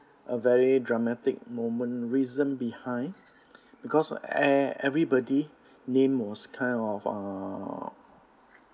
a very dramatic moment reason behind because e~ everybody name was kind of uh